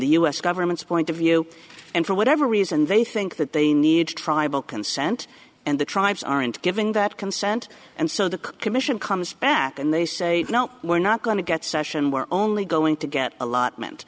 the u s government's point of view and for whatever reason they think that they need tribal consent and the tribes aren't given that consent and so the commission comes back and they say no we're not going to get session we're only going to get